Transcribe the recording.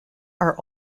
are